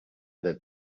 that